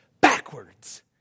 backwards